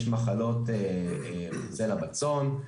יש מחלות צלע בצאן,